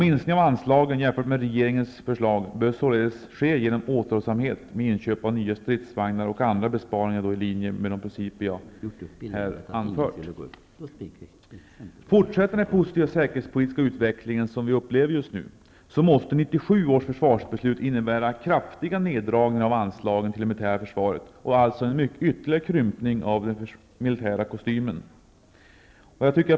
Minskningen av anslagen i jämförelse med regeringens förslag bör således ske genom återhållsamhet med inköp av nya stridsvagnar och genom andra besparingar i linje med de principer jag här har anfört. Fortsätter den positiva säkerhetspolitiska utveckling som vi upplever just nu, måste 1997 års försvarsbeslut innebära kraftiga neddragningar av anslagen till det militära försvaret och alltså en ytterligare krympning av den militära kostymen.